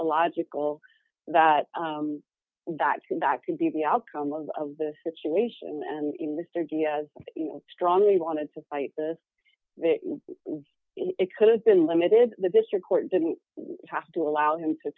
illogical that that too that could be the outcome of the situation and in mr gale as strongly wanted to fight this it could have been limited the district court didn't have to allow him to